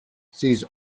sees